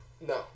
No